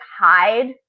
hide